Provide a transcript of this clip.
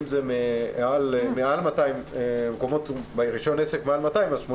אם זה רישיון עסק של מעל 200 מקומות אז יכולים